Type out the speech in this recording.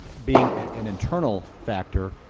being an internal factor,